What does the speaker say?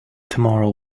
tomorrow